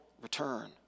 return